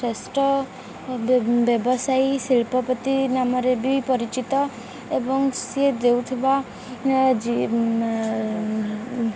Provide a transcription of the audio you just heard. ଶ୍ରେଷ୍ଠ ବ୍ୟବସାୟୀ ଶିଳ୍ପପତି ନାମରେ ବି ପରିଚିତ ଏବଂ ସିଏ ଦେଉଥିବା